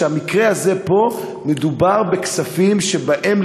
ובמקרה הזה פה מדובר בכספים שבהם,